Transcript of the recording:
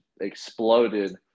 exploded